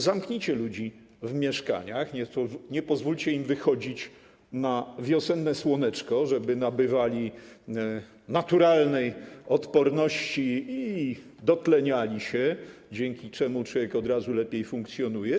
Zamknijcie ludzi w mieszkaniach, nie pozwólcie im wychodzić na wiosenne słoneczko, żeby nabywali naturalnej odporności i dotleniali się, dzięki czemu człowiek od razu lepiej funkcjonuje.